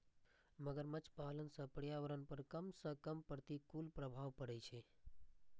मगरमच्छ पालन सं पर्यावरण पर कम सं कम प्रतिकूल प्रभाव पड़ै छै